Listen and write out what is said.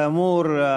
כאמור,